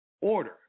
order